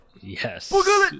Yes